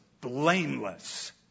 blameless